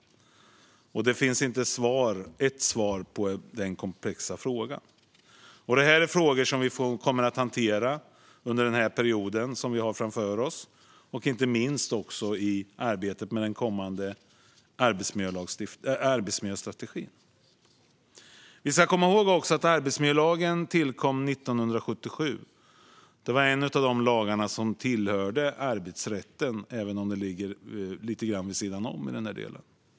Och det finns inte ett svar på den komplexa frågan. Detta är frågor som vi kommer att hantera under den period som vi har framför oss, inte minst i arbetet med den kommande arbetsmiljöstrategin. Vi ska komma ihåg att arbetsmiljölagen tillkom 1977. Det var en av de lagar som tillhörde arbetsrätten, även om den ligger lite grann vid sidan om i den här delen.